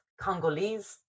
Congolese